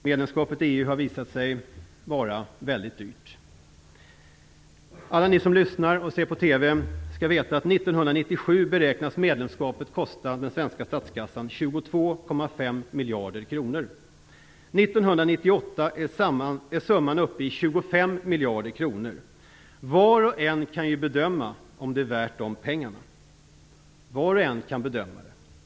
Medlemskapet i EU har visat sig vara väldigt dyrt. Alla ni som lyssnar och som ser på TV skall veta att 1997 beräknas medlemskapet kosta den svenska statskassan 22,5 miljarder kronor. 1998 är summan uppe i 25 miljarder kronor. Var och en kan ju bedöma om det är värt pengarna.